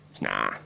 Nah